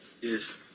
Yes